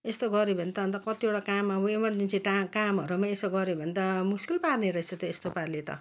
यस्तो गऱ्यो भने त अन्त कतिवटा काम अब एमर्जेन्सी टा कामहरूमा यसो गऱ्यो भने त मुस्किल पार्ने रहेछ त यस्तो प्रकारले त